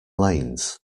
lanes